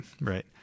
right